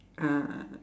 ah